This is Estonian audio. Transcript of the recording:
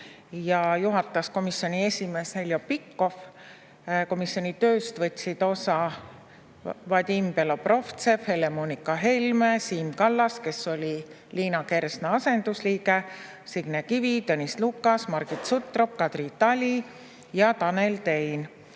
Juhatas komisjoni esimees Heljo Pikhof ja komisjoni tööst võtsid osa Vadim Belobrovtsev, Helle-Moonika Helme, Siim Kallas, kes oli Liina Kersna asendusliige, Signe Kivi, Tõnis Lukas, Margit Sutrop, Kadri Tali ja Tanel Tein.